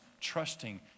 trusting